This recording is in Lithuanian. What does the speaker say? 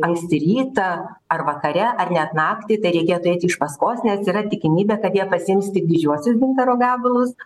anksti rytą ar vakare ar net naktį tai reikėtų eiti iš paskos nes yra tikimybė kad jie pasiims tik didžiuosius gintaro gabalus